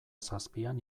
zazpian